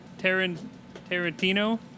Tarantino